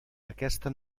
aquesta